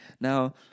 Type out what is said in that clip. Now